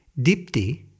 dipti